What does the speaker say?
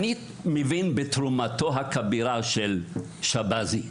אני מבין בתרומתו הכבירה של שבזי.